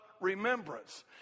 remembrance